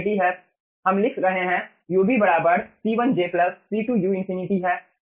हम लिख रहे हैं ub बराबर C1j C2u∞ है